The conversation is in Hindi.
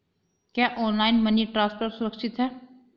क्या ऑनलाइन मनी ट्रांसफर सुरक्षित है?